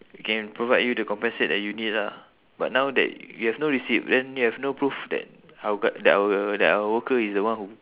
can provide you the compensate that you need lah but now that you have no receipt then you have no proof that our cu~ that our that our worker is the one who